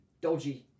Dodgy